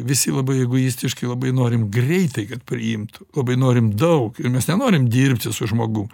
visi labai egoistiškai labai norim greitai kad priimtų labai norim daug ir mes nenorim dirbti su žmogum